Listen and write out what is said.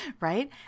right